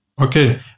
Okay